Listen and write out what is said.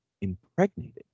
impregnated